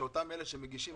שאותם אלה שמגישים,